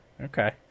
okay